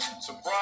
Surprise